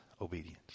obedience